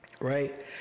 right